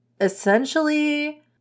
essentially